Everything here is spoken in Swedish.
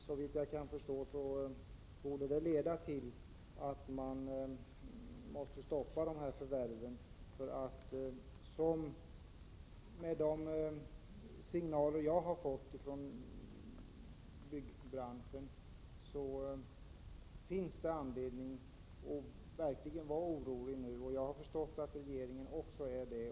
Såvitt jag kan förstå borde det leda till att man tvingas stoppa dessa förvärv. Med de signaler jag har fått från byggbranschen finns det anledning att verkligen vara orolig. Jag har förstått att regeringen också är det.